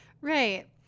right